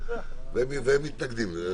והם מתנגדים לזה.